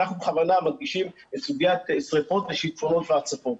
אנחנו בכוונה מדגישים את סוגיית שריפות ושיטפונות והצפות,